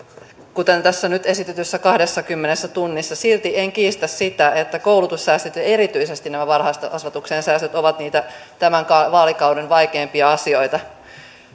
kuten tässä nyt esitetyssä kahdessakymmenessä tunnissa silti en kiistä sitä että koulutussäästöt ja erityisesti nämä varhaiskasvatuksen säästöt ovat niitä tämän vaalikauden vaikeimpia asioita